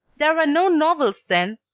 there were no novels then,